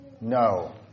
No